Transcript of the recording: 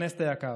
ארנסט היקר,